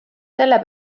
selle